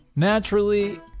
Naturally